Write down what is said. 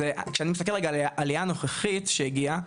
זה כשאני מסתכל רגע על העלייה הנוכחית שהגיעה,